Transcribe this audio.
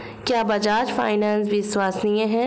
क्या बजाज फाइनेंस विश्वसनीय है?